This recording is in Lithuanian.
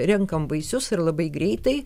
renkam vaisius ir labai greitai